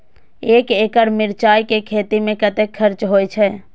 एक एकड़ मिरचाय के खेती में कतेक खर्च होय छै?